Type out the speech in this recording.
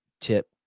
tip